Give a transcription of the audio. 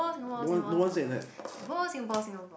no one no one said that